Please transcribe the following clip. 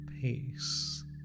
peace